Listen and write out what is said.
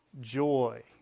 joy